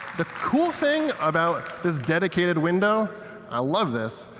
the cool thing about this dedicated window i love this,